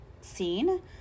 scene